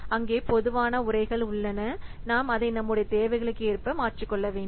அங்கே பொதுவான உரைகள் உள்ளன நாம் அதை நம்முடைய தேவைகளுக்கு ஏற்ப மாற்றிக்கொள்ள வேண்டும்